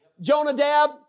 Jonadab